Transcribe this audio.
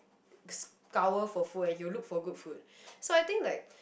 scour for food and he will look for good food so I think like